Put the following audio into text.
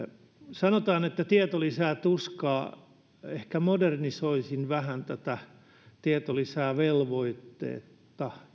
sanotaan että tieto lisää tuskaa ehkä modernisoisin vähän tätä tieto lisää velvoitetta